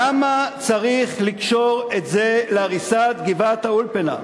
למה צריך לקשור את זה להריסת גבעת-האולפנה?